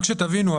רק שתבינו,